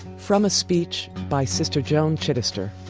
from a speech by sister joan chittister